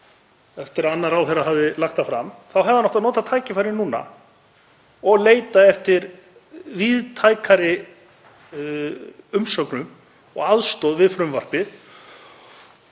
eftir að annar ráðherra hafði lagt það fram, átt að nota tækifærið núna og leita eftir víðtækari umsögnum og aðstoð við frumvarpið.